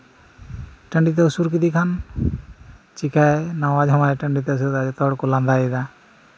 ᱴᱟᱺᱰᱤᱛᱮ ᱩᱥᱩᱨ ᱠᱮᱫᱮ ᱠᱷᱟᱱ ᱪᱤᱠᱟᱹᱭᱟᱭ ᱱᱟᱣᱟ ᱡᱟᱶᱟᱭ ᱴᱟᱺᱰᱤᱛᱮ ᱩᱥᱩᱨ ᱟᱠᱟᱫᱮ ᱡᱚᱛᱚ ᱦᱚᱲᱠᱚ ᱞᱟᱸᱫᱟᱭᱮᱫᱟ